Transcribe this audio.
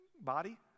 body